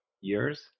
years